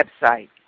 website